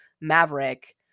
Maverick